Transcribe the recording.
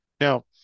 Now